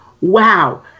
wow